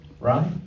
right